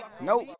Nope